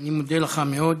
אני מודה לך מאוד.